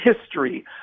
history